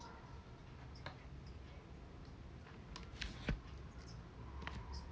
what